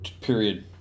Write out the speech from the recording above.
period